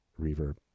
reverb